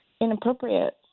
inappropriate